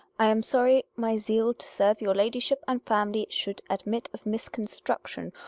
i am sorry my zeal to serve your ladyship and family should admit of misconstruction,